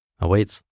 awaits